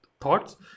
thoughts